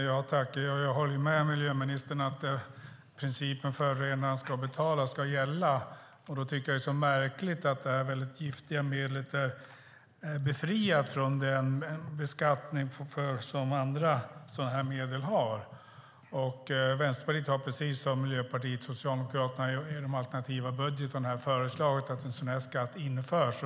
Herr talman! Jag håller med miljöministern om att principen om att förorenaren ska betala ska gälla. Därför tycker jag att det är så märkligt att det här mycket giftiga medlet är befriat från den beskattning som andra sådana här medel har. Vänsterpartiet har, precis som Miljöpartiet och Socialdemokraterna, föreslagit i vår alternativa budget att en sådan här skatt införs.